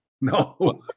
No